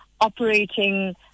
operating